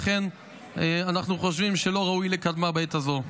לכן אנחנו חושבים שלא ראוי לקדמה בעת הזו.